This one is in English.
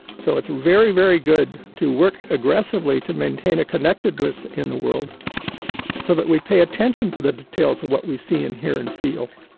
so it's very, very good to work aggressively to maintain a connectedness in the world so that we pay attention to the details of what we see and hear and feel.